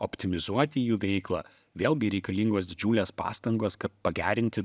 optimizuoti jų veiklą vėlgi reikalingos didžiulės pastangos kad pagerinti